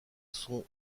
son